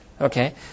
Okay